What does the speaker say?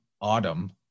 autumn